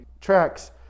tracks